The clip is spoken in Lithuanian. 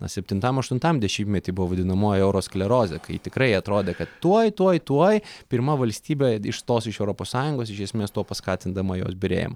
na septintam aštuntam dešimtmety buvo vadinamoji eurosklerozė kai tikrai atrodė kad tuoj tuoj tuoj pirma valstybė išstos iš europos sąjungos iš esmės tuo paskatindama jos byrėjimą